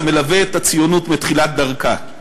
זה מלווה את הציונות מתחילת דרכה.